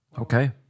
Okay